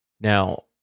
Now